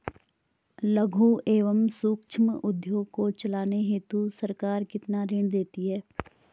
लघु एवं सूक्ष्म उद्योग को चलाने हेतु सरकार कितना ऋण देती है?